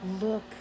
look